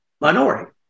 minority